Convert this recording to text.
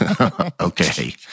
Okay